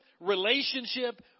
relationship